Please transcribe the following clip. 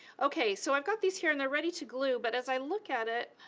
okay, so i've got these here and they're ready to glue, but as i look at it,